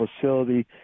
facility